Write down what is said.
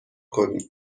کنیم